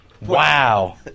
Wow